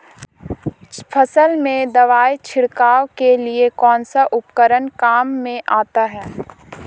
फसल में दवाई छिड़काव के लिए कौनसा उपकरण काम में आता है?